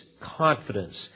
confidence